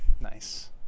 Nice